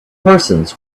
persons